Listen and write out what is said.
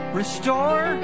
restore